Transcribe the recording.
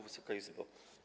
Wysoka Izbo!